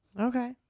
Okay